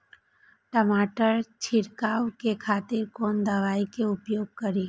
टमाटर छीरकाउ के खातिर कोन दवाई के उपयोग करी?